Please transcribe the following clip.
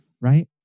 Right